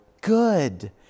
good